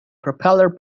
propeller